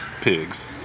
Pigs